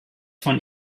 von